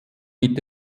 mit